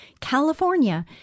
California